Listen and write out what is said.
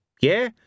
Yeah